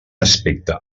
aspecte